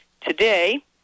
Today